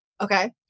okay